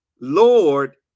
Lord